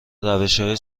روشهای